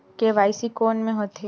KYC कोन में होथे?